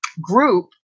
group